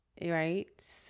Right